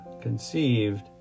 conceived